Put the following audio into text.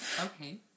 Okay